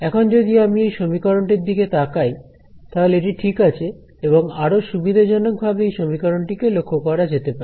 এখন যদি আমি এই সমীকরণটির দিকে তাকাই তাহলে এটি ঠিক আছে এবং আরো সুবিধাজনকভাবে এই সমীকরণটি কে লক্ষ্য করা যেতে পারে